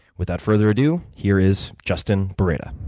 without further ado here is justin boreta.